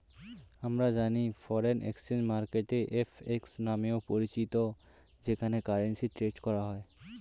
আমরা জানি foreign exchange market FX নামেও পরিচিত যেখানে কারেন্সি ট্রেড করা হয়